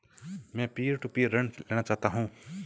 मैं peer to peer ऋण लेना चाहता हूँ